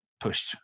pushed